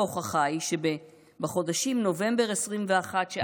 ההוכחה היא שבחודשים נובמבר 2021,